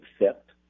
Accept